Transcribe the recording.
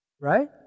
right